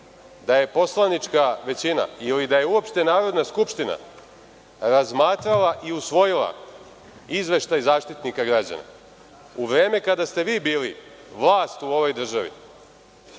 da je poslanička većina ili da je uopšte Narodna skupština razmatrala i usvojila izveštaj Zaštitnika građana. U vreme kada ste vi bili vlast u ovoj državi,